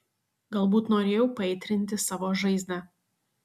galbūt norėjau paaitrinti savo žaizdą